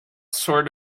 sort